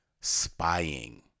spying